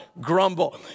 grumble